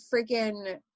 freaking